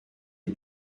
est